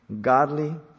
godly